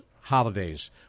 holidays